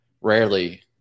rarely